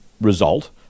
result